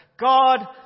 God